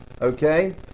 okay